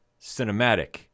Cinematic